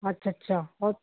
ਅੱਛਾ ਅੱਛਾ ਹੋਰ